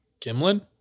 Kimlin